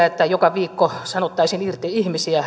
että joka viikko sanottaisiin irti ihmisiä